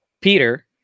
Peter